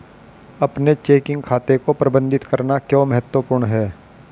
अपने चेकिंग खाते को प्रबंधित करना क्यों महत्वपूर्ण है?